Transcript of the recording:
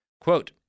Quote